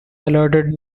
alerted